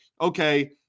okay